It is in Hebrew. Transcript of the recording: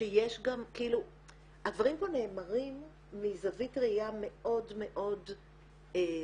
שיש גם --- הדברים פה נאמרים מזווית ראייה מאוד מאוד סובייקטיבית